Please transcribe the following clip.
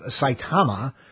Saitama